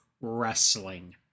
wrestling